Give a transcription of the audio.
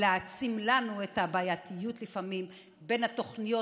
להעצים לנו את הבעייתיות שיש לפעמים בין התוכניות